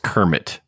Kermit